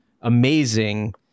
amazing